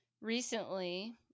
recently